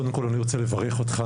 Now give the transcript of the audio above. קודם כל אני רוצה לברך אותך,